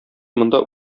монда